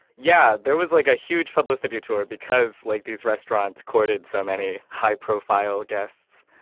yeah. there was, like, a huge publicity tour because, like, these restaurants courted so many high-profile guests.